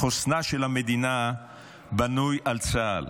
חוסנה של המדינה בנוי על צה"ל